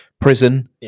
prison